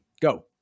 Go